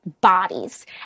bodies